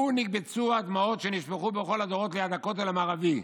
לו נקבצו הדמעות שנשפכו בכל הדורות ליד הכותל המערבי,